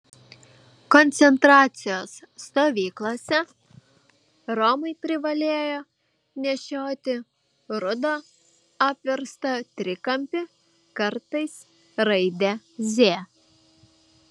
koncentracijos stovyklose romai privalėjo nešioti rudą apverstą trikampį kartais raidę z